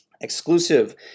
exclusive